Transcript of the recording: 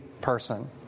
person